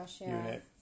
unit